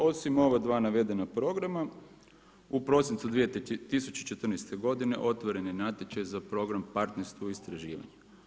Osim ova dva navedena programa, u prosincu 2014. godine otvoren je natječaj za program partnerstvo i istraživanje.